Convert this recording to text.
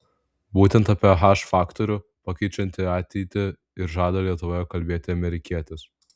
būtent apie h faktorių pakeičiantį ateitį ir žada lietuvoje kalbėti amerikietis